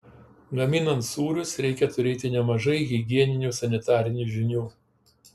gaminant sūrius reikia turėti nemažai higieninių sanitarinių žinių